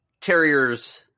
terriers